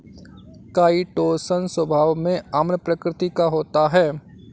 chitosan स्वभाव में अम्ल प्रकृति का होता है